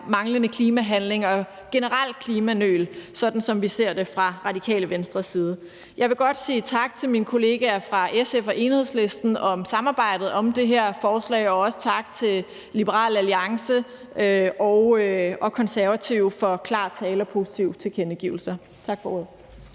manglende klimahandling og generelt klimanøl, sådan som vi ser det fra Radikale Venstres side. Jeg vil godt sige tak til mine kollegaer fra SF og Enhedslisten for samarbejdet om det her forslag, og også tak til Liberal Alliance og Konservative for klar tale og positive tilkendegivelser. Tak for ordet.